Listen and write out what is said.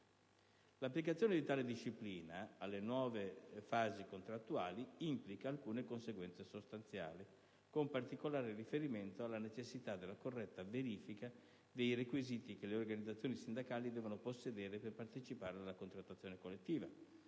L'applicazione di tale disciplina alle nuove fasi contrattuali implica alcune conseguenze sostanziali, con particolare riferimento alla necessità della corretta verifica dei requisiti che le organizzazioni sindacali devono possedere per partecipare alla contrattazione collettiva,